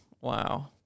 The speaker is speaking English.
Wow